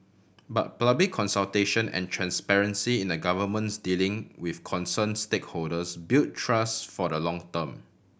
but public consultation and transparency in the Government's dealing with concern stakeholders build trust for the long term